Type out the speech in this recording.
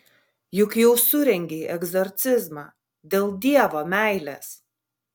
juk jau surengei egzorcizmą dėl dievo meilės